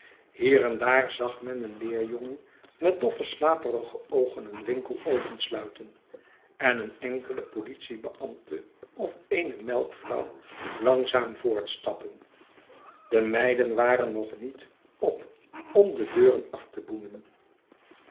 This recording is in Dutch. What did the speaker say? hier en daar zag men een leerjongen met doffe slaperige oogen een winkel opensluiten en een enkelen politiebeambte of eene melkvrouw langzaam voortstappen de meiden waren nog niet op om de deuren af te boenen